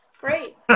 great